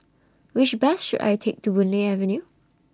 Which Bus should I Take to Boon Lay Avenue